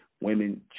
women